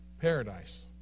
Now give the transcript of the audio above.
paradise